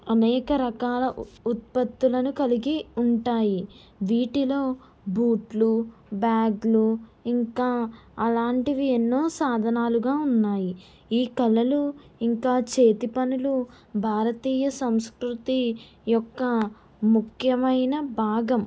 అనేక రకాల ఉత్పత్తులను కలిగి ఉంటాయి వీటిలో బూట్లు బ్యాగులు ఇంకా అలాంటివి ఎన్నో సాధనాలుగా ఉన్నాయి ఈ కలలు ఇంకా చేతి పనులు భారతీయ సంస్కృతి యొక్క ముఖ్యమైన భాగం